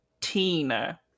Tina